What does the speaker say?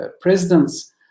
President's